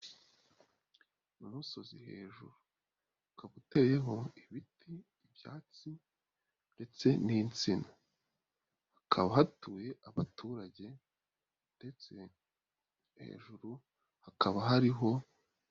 Umusozi hejuru, ukaba uteyeho ibiti, ibyatsi ndetse n'insina, hakaba hatuye abaturage ndetse hejuru hakaba hariho.